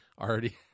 already